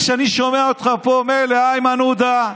כשאני שומע אותך פה אומר לאיימן עודה,